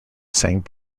sang